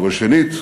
אבל שנית,